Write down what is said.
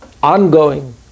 ongoing